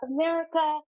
America